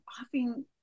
often